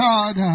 God